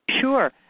Sure